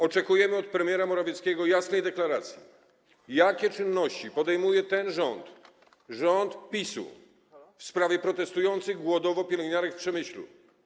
Oczekujemy od premiera Morawieckiego jasnej deklaracji, jakie czynności podejmuje ten rząd, rząd PiS-u, w sprawie protestujących głodowo pielęgniarek w Przemyślu.